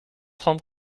trente